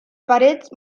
parets